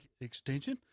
Extension